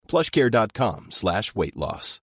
Plushcare.com/slash/weight-loss